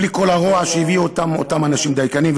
בלי כל הרוע שהביאו אותם אנשים דייקנים.